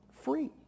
free